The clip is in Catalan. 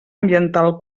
ambiental